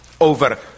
over